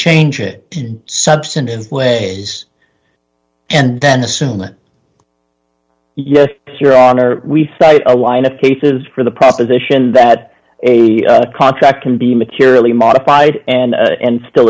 change it substantive way and then assume yes your honor we cited a line of cases for the proposition that a contract can be materially modified and still